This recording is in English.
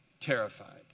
terrified